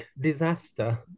disaster